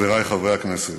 וחברי חברי הכנסת,